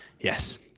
yes